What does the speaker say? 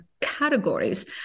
categories